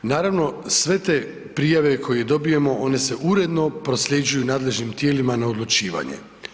Naravno, sve te prijave koje dobijemo one se uredno prosljeđuju nadležnim tijelima na odlučivanje.